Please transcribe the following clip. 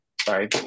sorry